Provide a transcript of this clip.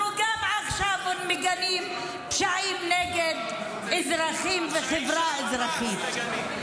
אנחנו גם עכשיו מגנים פשעים נגד אזרחים וחברה אזרחית.